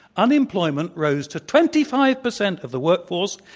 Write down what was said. unemployment rose to twenty five percent of the work force.